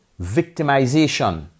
victimization